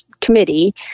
Committee